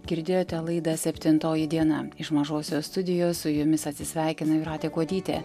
girdėjote laidą septintoji diena iš mažosios studijos su jumis atsisveikina jūratė kuodytė